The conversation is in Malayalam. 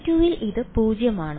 V2 ൽ ഇത് 0 ആണ്